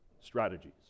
strategies